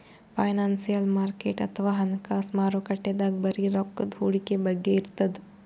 financial market ಅಥವಾ ಹಣಕಾಸ್ ಮಾರುಕಟ್ಟೆದಾಗ್ ಬರೀ ರೊಕ್ಕದ್ ಹೂಡಿಕೆ ಬಗ್ಗೆ ಇರ್ತದ್